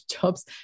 jobs